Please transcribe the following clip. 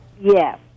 Yes